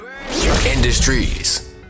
Industries